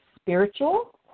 spiritual